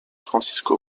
francisco